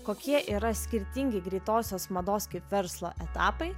kokie yra skirtingi greitosios mados kaip verslo etapai